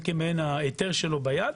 זה כמעין ההיתר שלו ביד.